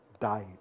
died